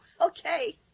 okay